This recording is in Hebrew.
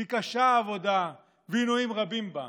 כי קשה העבודה ועינויים רבים בה.